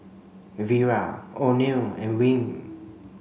Vera Oneal and Wing